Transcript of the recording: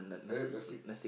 I like nasi